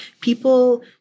people